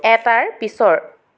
এটাৰ পিছৰ